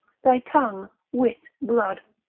thy tongue, wit, blood,